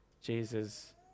Jesus